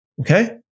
Okay